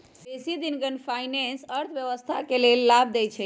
बेशी दिनगत फाइनेंस अर्थव्यवस्था के लेल लाभ देइ छै